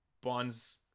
Bond's